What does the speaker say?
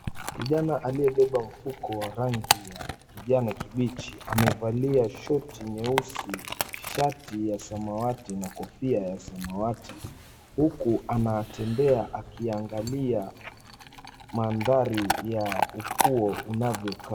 Kijana aliyebeba mfuko wa rangi ya kijani kibichi amevalia shoti nyeusi, shati ya samawati na kofia ya samawati huku anatembea akiangalia mandhari ya ufuo unavyokaa.